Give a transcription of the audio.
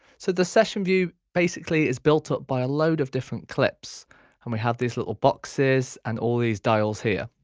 so the session view basically is built up by a load of different clips and we have these little boxes and all these dials here.